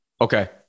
Okay